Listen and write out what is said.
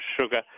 sugar